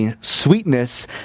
sweetness